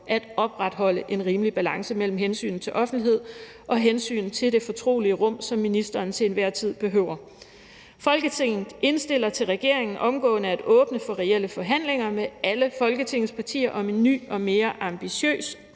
at opretholde en rimelig balance mellem hensynet til offentlighed og hensynet til det fortrolige rum, som ministeren til enhver tid behøver. Folketinget indstiller til regeringen omgående at åbne for reelle forhandlinger med alle folketingets partier om en ny og mere ambitiøs